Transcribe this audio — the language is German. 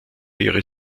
ihre